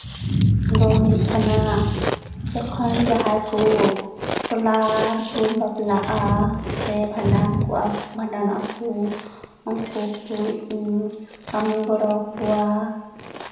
ᱫᱚ ᱦᱩᱭᱩᱜ ᱠᱟᱱᱟ ᱡᱚᱠᱷᱚᱱ ᱡᱟᱦᱟᱸᱭ ᱠᱚ ᱴᱚᱞᱟ ᱨᱮᱠᱚ ᱵᱟᱯᱞᱟᱜᱼᱟ ᱥᱮ ᱵᱷᱟᱸᱰᱟᱱ ᱵᱷᱟᱸᱰᱟᱱᱚᱜᱼᱟ ᱠᱚ ᱩᱱᱠᱩ ᱠᱚ ᱤᱧ ᱠᱟᱹᱢᱤ ᱜᱚᱲᱚ ᱟᱠᱚᱣᱟ